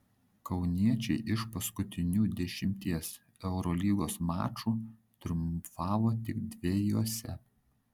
kauniečiai iš paskutinių dešimties eurolygos mačų triumfavo tik dviejuose